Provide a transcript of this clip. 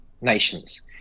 nations